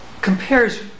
compares